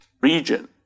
region